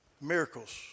Miracles